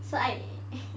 so I